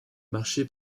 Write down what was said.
marché